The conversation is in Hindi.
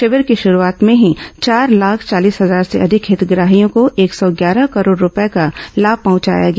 शिविर की शुरूआत में ही चार लाख चालीस हजार से अधिक हितग्राहियों को एक सौ ग्यारह करोड रूपये का लाभ पहुंचाया गया